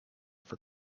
for